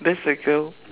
then circle